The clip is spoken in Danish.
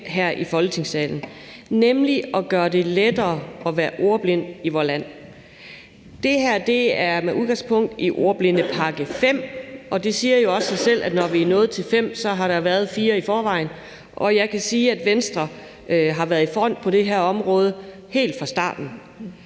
her i Folketingssalen, nemlig at gøre det lettere at være ordblind i vort land. Det her er med udgangspunkt i Ordblindepakke V, og det siger jo sig selv, at når vi er nået til fem, har der været fire i forvejen, og jeg kan sige, at Venstre har været i front på det her område helt fra starten.